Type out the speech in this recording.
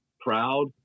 proud